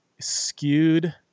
skewed